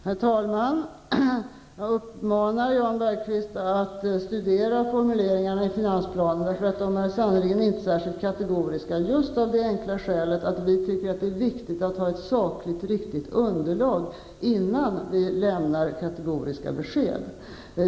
Herr talman! Jag uppmanar Jan Bergqvist att studera formuleringarna i finansplanen. De är sannerligen inte särskilt kategoriska, av det enkla skälet att vi tycker att det är viktigt att ha ett sakligt riktigt underlag innan vi lämnar kategoriska besked.